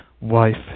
wife